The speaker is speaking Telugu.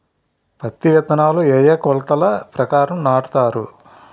పత్తి విత్తనాలు ఏ ఏ కొలతల ప్రకారం నాటుతారు?